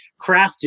crafted